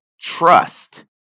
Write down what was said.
trust